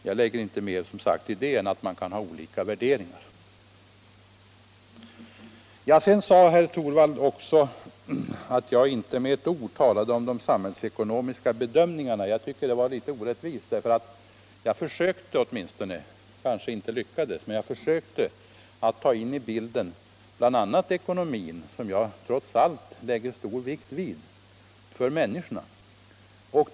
Jag lägger som sagt inte mer i det än att man kan ha olika värderingar. Herr Torwald sade att jag inte med ett ord nämnt de samhällsekonomiska bedömningarna. Jag tycker det är litet orättvist. Jag försökte åtminstone — jag kanske inte lyckades — att ta in i bilden bl.a. ekonomin för människorna, vilken jag trots allt lägger stor vikt vid.